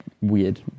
weird